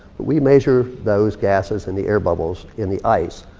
we measure those gases in the air bubbles, in the ice,